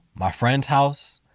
my friend's house.